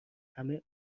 همه